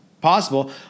possible